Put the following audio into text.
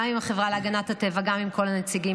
גם עם החברה להגנת הטבע וגם עם כל הנציגים.